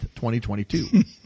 2022